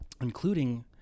Including